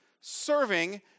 serving